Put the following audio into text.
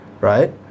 right